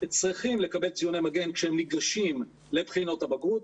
צריכים לקבל ציוני מגן כשהם ניגשים לבחינות הבגרות.